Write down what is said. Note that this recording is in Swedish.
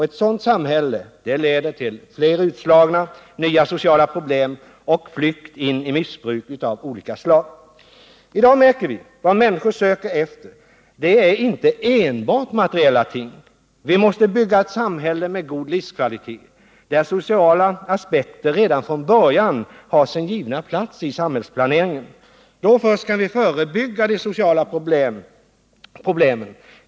Ett sådant samhälle leder till fler utslagna, nya sociala problem och flykt in i missbruk av olika slag. I dag märker vi att vad människor söker efter, det är inte enbart materiella ting. Vi måste bygga ett samhälle med god livskvalitet där sociala aspekter redan från början har sin givna plats i samhällets planering. Då först kan vi förebygga de sociala problemen.